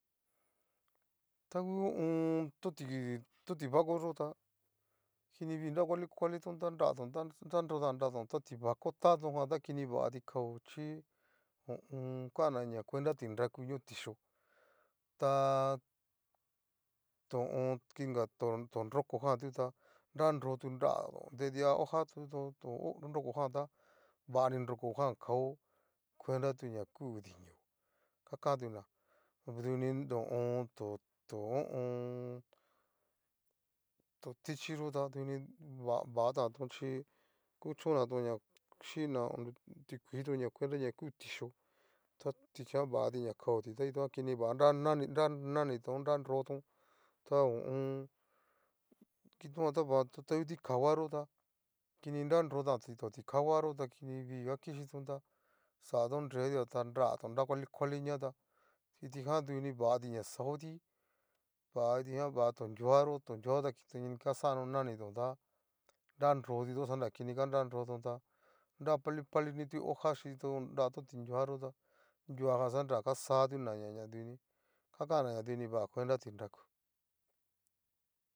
Ta ngu ho o on. to'ti to tibako yota kini viii nra kuali kuali, ta nratón ta nanrotán nratón ta ti'bako tatón jan ta kini vatí kao chí ho o on. kanaña kuenta tinraku ñó tixhió, taaa to on inga to nrokojan ta nrarotu nratón nridia tu tuhojatón to nrokojan ta vani nrokojan kao kuenta tu ña kuu dinio gakatuna duni ho o on. to to ho o on. to tichíyo tá duni vatánton chí kuchónnatón ña chína tikuiitón ña kuenta ña ku tixhió, ta tichijan bati ña kaoti ta kitónjan kini va nra nani nra nanitón nrarotón tá ho o on. kitojan ta vatón ta ngu tikahua ta kini nanrotán totikahuaxóta ta kini vii akichíton ta xatón nretua ta nragtón nra kualikualiñatá kitijan duni vatí ña xaoti va kitijan va to nruaxó to nruaxó ta kini ga xanó nanitón tá nraróton kitoxo xanra nranrotón ta nra pali pali tu hoja chíto nra totinruaxotá nruajan tu kaxatunraña ñaduni kakanna ña duni va cuenta ti'nrakuu.